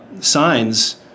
signs